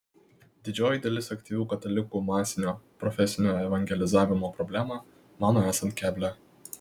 didžioji dalis aktyvių katalikų masinio profesinio evangelizavimo problemą mano esant keblią